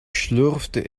schlürfte